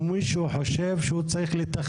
אישור שכר תחילי שהם אולי דברים פשוטים,